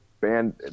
band